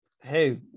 hey